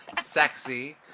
sexy